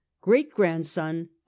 great-grandson